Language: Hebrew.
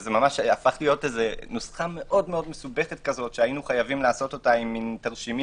וזה הפך להיות נוסחה מאוד מסובכת שהיינו חייבים לעשות אותה עם תרשימים,